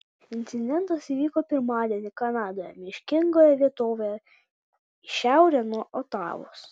incidentas įvyko pirmadienį kanadoje miškingoje vietovėje į šiaurę nuo otavos